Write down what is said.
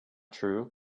true